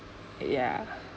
yeah